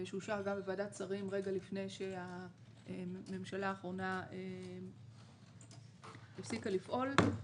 שאושר גם בוועדת שרים רגע לפני שהממשלה האחרונה הפסיקה לפעול.